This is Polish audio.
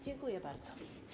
Dziękuję bardzo.